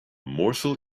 morsel